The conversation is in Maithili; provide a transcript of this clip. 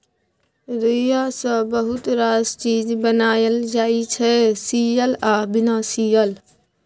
रुइया सँ बहुत रास चीज बनाएल जाइ छै सियल आ बिना सीयल